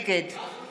נגד